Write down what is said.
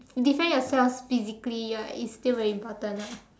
defend yourself physically right is still very important ah